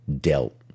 dealt